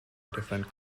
different